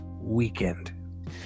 weekend